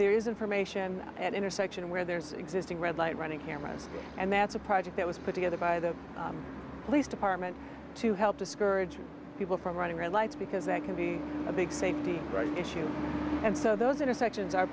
there is information at intersection where there's existing red light running hammers and that's a project that was put together by the police department to help discouraging people from running red lights because that can be a big safety issue and so those intersections are